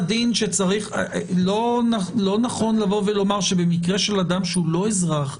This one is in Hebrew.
לא נכון לומר שבמקרה של אדם שהוא לא אזרח,